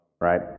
right